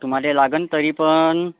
तुम्हाला लागंल तरी पण